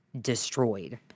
destroyed